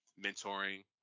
mentoring